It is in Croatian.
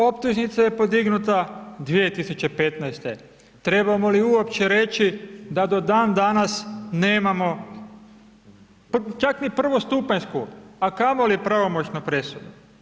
Optužnica je podignuta 2015., trebamo li uopće reći da do dan danas nemamo, pa čak ni prvostupanjsku, a kamoli pravomoćnu presudu.